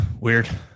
weird